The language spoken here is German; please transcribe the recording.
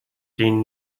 den